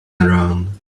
around